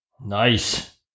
Nice